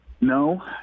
no